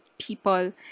people